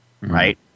right